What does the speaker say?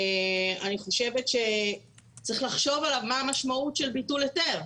אני חושבת שצריך לחשוב על מה המשמעות של ביטול היתר.